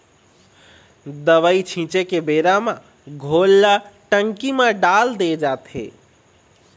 दवई छिंचे के बेरा म घोल ल टंकी म डाल दे जाथे